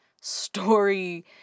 story